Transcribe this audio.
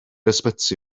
ysbyty